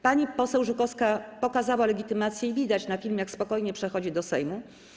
Pani poseł Żukowska pokazała legitymację i widać na filmie, jak spokojnie przechodzi do Sejmu.